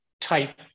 type